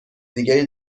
دیگری